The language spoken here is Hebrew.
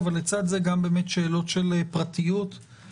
אבל לצד זה יש גם שאלות של פרטיות ושל